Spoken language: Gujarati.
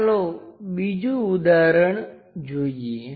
ચાલો બીજું ઉદાહરણ જોઈએ